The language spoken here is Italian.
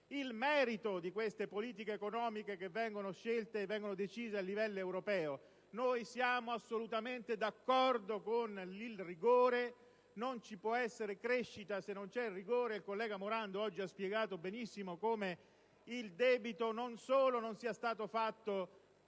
il merito di queste politiche economiche che vengono scelte e decise a livello europeo. Siamo assolutamente d'accordo con il rigore: non ci può essere crescita se non c'è rigore, e il collega Morando, oggi, ha spiegato benissimo come il debito, non solo non sia stato fatto